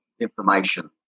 information